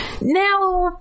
Now